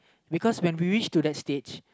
because when we reach to that stage